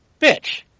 bitch